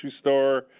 store